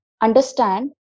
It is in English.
understand